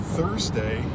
Thursday